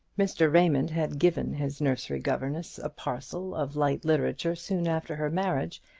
mr. raymond had given his nursery-governess a parcel of light literature soon after her marriage,